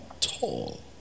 tall